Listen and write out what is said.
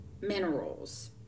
Minerals